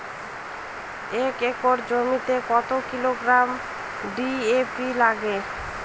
এক একর জমিতে কত কিলোগ্রাম ডি.এ.পি লাগে?